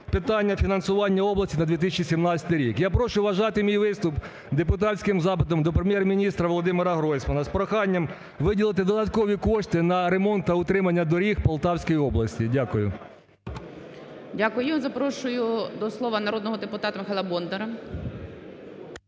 питання фінансування області на 2017 рік. Я прошу вважати мій виступ депутатським запитом до Прем’єр-міністра Володимира Гройсмана з проханням виділити додаткові кошти на ремонт та утримання доріг Полтавської області. Дякую. ГОЛОВУЮЧИЙ. Дякую. Запрошую до слова народного депутата Михайла Бондара.